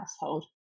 household